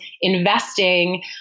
investing